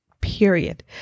period